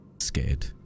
scared